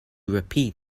repeat